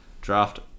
draft